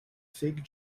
fig